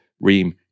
Reem